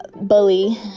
bully